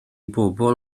bobl